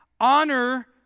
honor